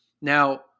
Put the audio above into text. Now